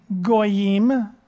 goyim